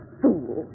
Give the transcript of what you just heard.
fool